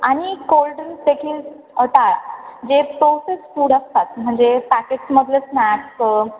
आणि कोल्ड्रिंक्स देखील टाळा जे प्रोसेस्ड फूड असतात म्हणजे पॅकेट्समधले स्नॅक्स